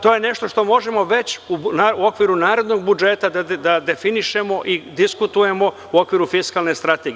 To je nešto što možemo već u okviru narednog budžeta da definišemo i diskutujemo u okviru fiskalne strategije.